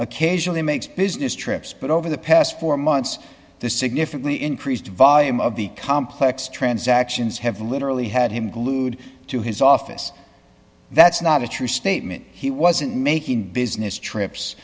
occasionally makes business trips but over the past four months the significantly increased volume of the complex transactions have literally had him glued to his office that's not a true statement he wasn't making business trips